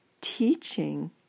Teaching